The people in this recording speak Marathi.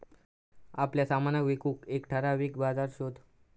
आपल्या सामनाक विकूक एक ठराविक बाजार शोध